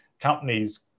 companies